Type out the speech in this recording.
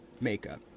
makeup